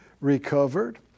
recovered